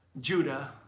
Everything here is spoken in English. Judah